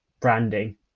branding